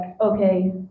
okay